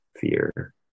fear